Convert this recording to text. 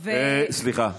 סליחה.